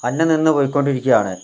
അന്യം നിന്നു പോയിക്കൊണ്ടിരിക്കുകയാണ്